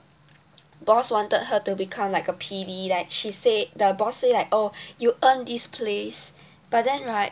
boss wanted her to become like a P_D like she said the boss say like oh you earn this place but then right